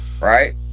right